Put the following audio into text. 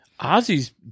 Ozzy's